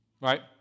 right